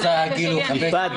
יפעת,